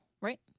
right